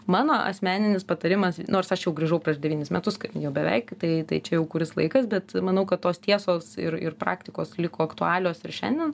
mano asmeninis patarimas nors aš jau grįžau prieš devynis metus kai jau beveik tai tai čia jau kuris laikas bet manau kad tos tiesos ir ir praktikos liko aktualios ir šiandien